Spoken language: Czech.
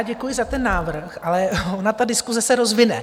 Děkuji za ten návrh, ale ona ta diskuse se rozvine.